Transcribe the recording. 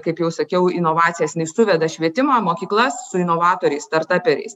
kaip jau sakiau inovacijas suveda švietimą mokyklas su inovatoriais startaperiais